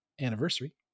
anniversary